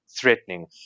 threatening